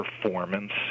performance